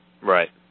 Right